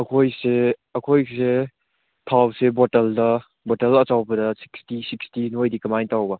ꯑꯩꯈꯣꯏꯁꯦ ꯑꯩꯈꯣꯏꯒꯤꯁꯦ ꯊꯥꯎꯁꯦ ꯕꯣꯇꯜꯗ ꯕꯣꯇꯜ ꯑꯆꯧꯕꯗ ꯁꯤꯛꯁꯇꯤ ꯁꯤꯛꯁꯇꯤ ꯅꯣꯏꯗꯤ ꯀꯃꯥꯏ ꯇꯧꯕ